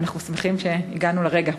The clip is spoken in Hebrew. ואנחנו שמחים שהגענו לרגע.